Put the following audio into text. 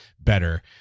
Better